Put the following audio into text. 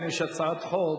אחרי כן יש הצעת חוק,